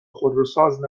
خودروساز